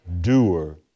doer